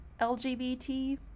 LGBT